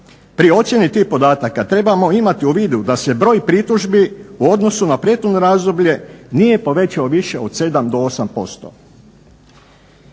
Prije ocjene tih podataka trebamo imati u vidu da se broj pritužbi u odnosu na prethodno razdoblje nije povećao više od 7 do 8%.